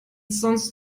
sonst